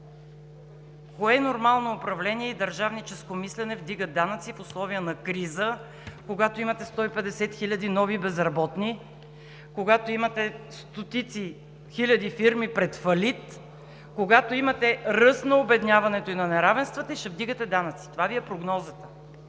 Кое нормално управление и държавническо мислене вдига данъци в условия на криза, когато имате 150 хиляди нови безработни, когато имате стотици хиляди фирми пред фалит, когато имате ръст на обедняването и на неравенствата и ще вдигате данъци? Това Ви е прогнозата.